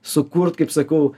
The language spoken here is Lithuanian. sukurt kaip sakau